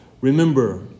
Remember